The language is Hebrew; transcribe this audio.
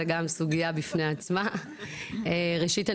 ראשית,